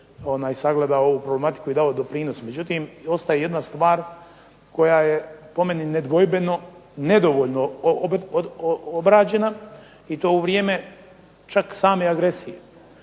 sagledao ovu problematiku i dao doprinos. Međutim, ostaje jedna stvar koje je po meni nedvojbeno nedovoljno obrađena i to u vrijeme čak same agresije.